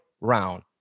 round